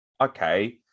okay